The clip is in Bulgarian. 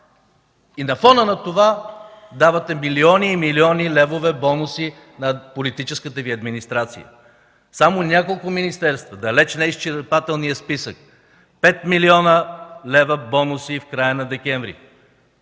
На фона на това давате милиони и милиони левове бонуси на политическата Ви администрация. Само няколко министерства, далеч не е изчерпателен списъкът – 5 млн. лв. бонуси в края на декември!